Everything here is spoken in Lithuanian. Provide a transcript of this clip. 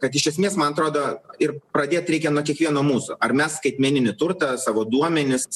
kad iš esmės man atrodo ir pradėt reikia nuo kiekvieno mūsų ar mes skaitmeninį turtą savo duomenis